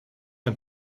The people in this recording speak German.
ein